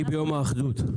הייתי ביום האחדות.